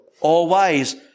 all-wise